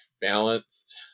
balanced